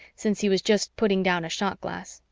since he was just putting down a shot glass.